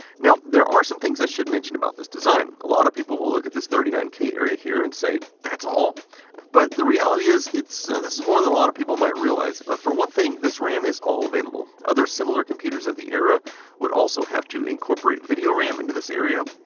now there are some things i should mention about this design. a lot of people will look at this thirty nine k area here and say that's all? but the reality is, this is more than a lot of people might realize. ah for one thing, this ram is all available. other similar computers of the era would also have to incorporate video ram into this area,